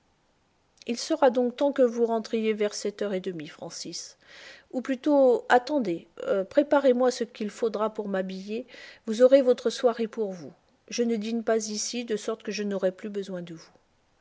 il sera donc temps que vous rentriez vers sept heures et demie francis ou plutôt attendez préparez moi ce qu'il faudra pour m'habiller vous aurez votre soirée pour vous je ne dîne pas ici de sorte que je n'aurai plus besoin de vous